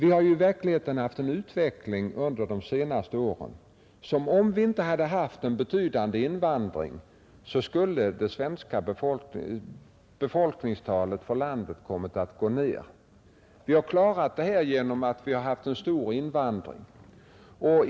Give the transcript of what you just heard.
I verkligheten har utvecklingen under de senaste åren varit sådan att vårt lands befolkningstal skulle ha gått ned, om vi inte hade haft en stor invandring.